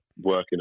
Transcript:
working